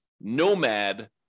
nomad